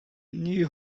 knew